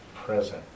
present